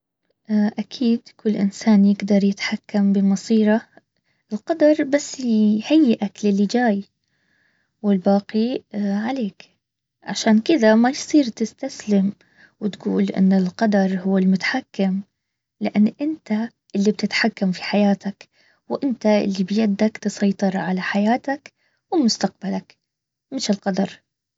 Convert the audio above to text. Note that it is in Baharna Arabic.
اكيد كل انسان يقدر يتحكم بمصيره. القدر بس يهيئك للي جاي. والباقي عليك. عشان كذا ما يصير تستسلم. وتقول ان القدر هو المتحكم. لان انت اللي بتتحكم في حياتك. وانت بيدك تسيطر على حياتك ومستقبلك. مش القدر